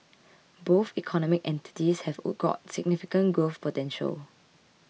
both economic entities have or got significant growth potential